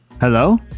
hello